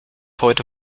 heute